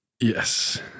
Yes